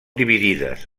dividides